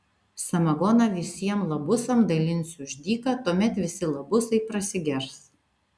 samagoną visiem labusam dalinsiu už dyką tuomet visi labusai prasigers